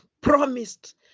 promised